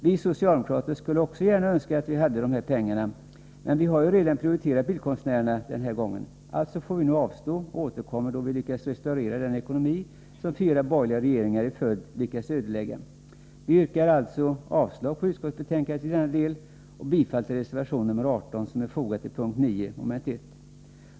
Vi socialdemokrater skulle också gärna önska att vi hade de pengarna, men vi har ju redan prioriterat bildkonstnärerna denna gång. Alltså får vi nu avstå och återkomma då vi restaurerat den ekonomi fyra borgerliga regeringar i följd lyckats ödelägga. Vi yrkar alltså avslag på utskottets hemställan i denna del och bifall till reservation 18, som är fogad till p. 9 mom. 1.